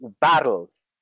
battles